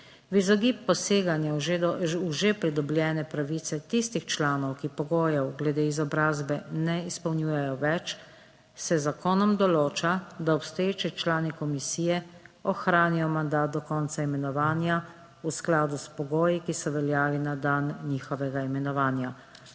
V izogib posega v že pridobljene pravice tistih članov, ki pogojev glede izobrazbe ne izpolnjujejo več se z zakonom določa, da obstoječi člani komisije ohranijo mandat do konca imenovanja v skladu s pogoji, ki so veljali na dan njihovega imenovanja.